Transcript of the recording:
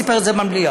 סיפר את זה במליאה,